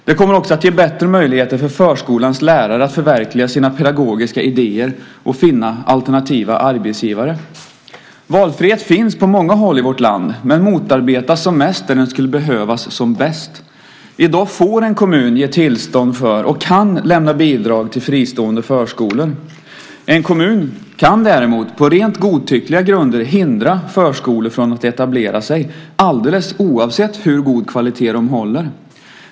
Den kommer också att ge bättre möjligheter för förskolans lärare att förverkliga sina pedagogiska idéer och finna alternativa arbetsgivare. Valfrihet finns på många håll i vårt land men motarbetas som mest där den skulle behövas som bäst. I dag får en kommun ge tillstånd för och kan lämna bidrag till fristående förskolor. En kommun kan däremot, på rent godtyckliga grunder, hindra förskolor från att etableras alldeles oavsett hur god kvalitet de håller.